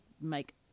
make